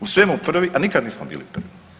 U svemu prvi, a nikad nismo bili prvi.